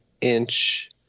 Inch